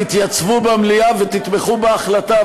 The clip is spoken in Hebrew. תתייצבו במליאה ותתמכו בהחלטה,